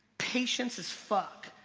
patience as fuck.